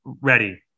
ready